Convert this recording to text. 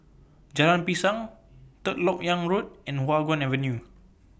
Jalan Pisang Third Lok Yang Road and Hua Guan Avenue